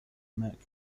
mercury